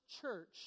church